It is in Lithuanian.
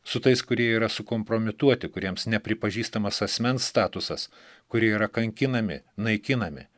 su tais kurie yra sukompromituoti kuriems nepripažįstamas asmens statusas kurie yra kankinami naikinami